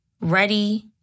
ready